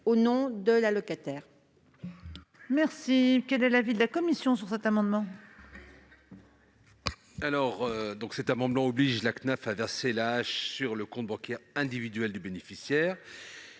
au nom de l'allocataire.